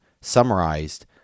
summarized